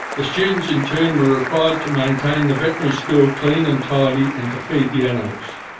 the students in turn were required to maintain the veterinary school clean and tidy and to feed the animals.